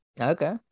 okay